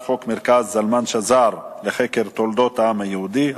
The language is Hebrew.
חוק מרכז זלמן שזר לחקר תולדות העם היהודי,